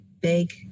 big